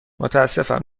متاسفم